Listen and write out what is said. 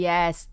Yes